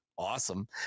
awesome